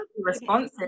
responsive